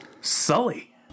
Sully